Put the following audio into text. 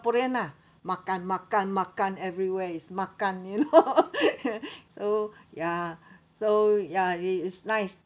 ~an lah makan makan makan everywhere is makan you know so ya so ya it's it's nice